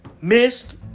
Missed